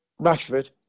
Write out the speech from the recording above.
Rashford